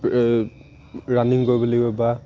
running কৰিব লাগিব বা